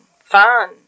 fun